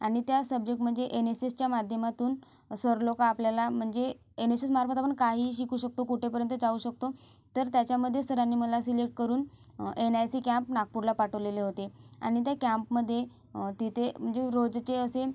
आणि त्या सब्जेक्ट म्हणजे एनएसएसच्या माध्यमातून सर लोक आपल्याला म्हणजे एनएसएसमार्फत आपण काहीही शिकू शकतो कोठेपर्यंत जाऊ शकतो तर त्याच्यामध्ये सरांनी मला सिलेक्ट करून एन आय सी कॅम्प नागपूरला पाठवलेले होते आणि त्या कॅम्पमध्ये तिथे म्हणजे रोजचे असे